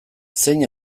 zein